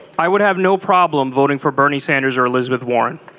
i would have no problem voting for bernie sanders or elizabeth warren